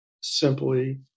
simply